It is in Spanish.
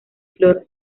flor